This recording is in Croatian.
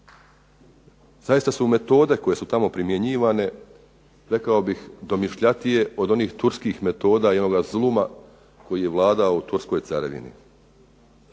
Zaista su metode koje su tamo primjenjivane rekao bih domišljatije od onih turskih metoda i onoga zuluma koji je vladao u turskoj carevini.